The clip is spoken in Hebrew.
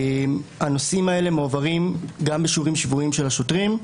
הנושאים האלה מועברים גם בשיעורים שבועיים של השוטרים,